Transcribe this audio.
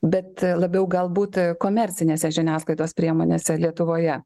bet labiau galbūt komercinėse žiniasklaidos priemonėse lietuvoje